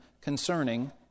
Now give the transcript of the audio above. concerning